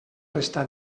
resta